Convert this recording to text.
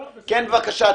בבקשה.